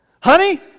honey